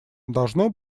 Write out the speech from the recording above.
должно